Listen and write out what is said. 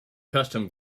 custom